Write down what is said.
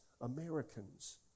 Americans